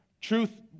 truth